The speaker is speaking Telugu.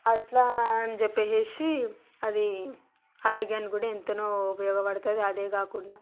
అట్లా అని చెప్పేసేసి అది ఆరోగ్యానికి కూడా ఎంతనో ఉపయోగపడుతుంది అదే కాకుండా